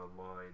online